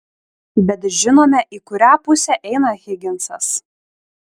bet žinome į kurią pusę eina higinsas